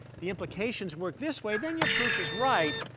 the implications work this way, then your proof is right.